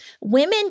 women